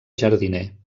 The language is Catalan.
jardiner